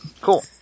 Cool